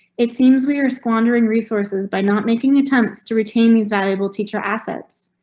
it seems we are squandering resources by not making attempts to retain these valuable teacher assets.